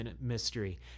mystery